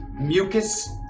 Mucus